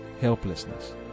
helplessness